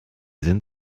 sind